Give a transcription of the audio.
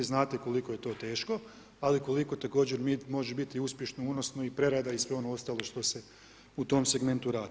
Znate koliko je to teško, ali koliko također može biti uspješno, unosno i prerada i sve ono ostalo što se u tom segmentu radi.